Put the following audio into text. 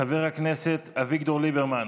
חבר הכנסת אביגדור ליברמן